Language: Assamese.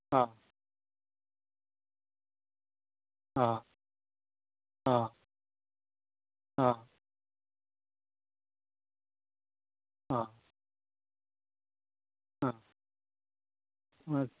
অঁ অঁ অঁ অঁ অঁ অঁ